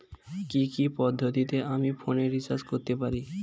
কি কি পদ্ধতিতে আমি ফোনে রিচার্জ করতে পারি?